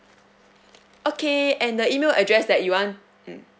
okay and the email address that you want mm